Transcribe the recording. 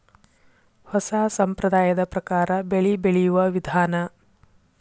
ಹೊಸಾ ಸಂಪ್ರದಾಯದ ಪ್ರಕಾರಾ ಬೆಳಿ ಬೆಳಿಯುವ ವಿಧಾನಾ